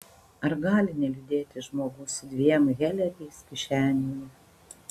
ar gali neliūdėti žmogus su dviem heleriais kišenėje